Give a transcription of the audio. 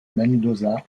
mendoza